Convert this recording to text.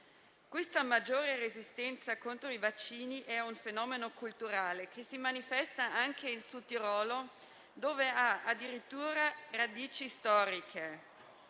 Questa maggiore resistenza contro i vaccini è un fenomeno culturale, che si manifesta anche in Sudtirolo, dove ha addirittura radici storiche.